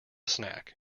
snack